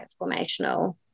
transformational